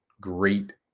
great